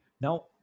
Now